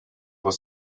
were